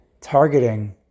targeting